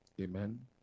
Amen